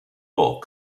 pole